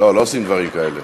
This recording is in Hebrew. לא, לא עושים דברים כאלה.